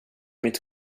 mitt